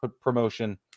promotion